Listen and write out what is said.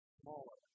smaller